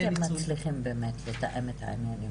מדובר במעמד זמני,